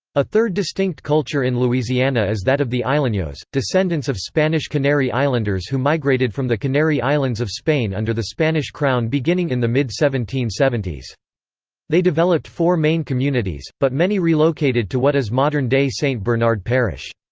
a third distinct culture in louisiana is that of the islenos, descendants of spanish canary islanders who migrated from the canary islands of spain under the spanish crown beginning in the mid seventeen seventeen they developed four main communities, but many relocated to what is modern-day st. bernard parish.